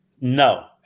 No